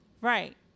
Right